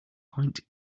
point